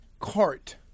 cart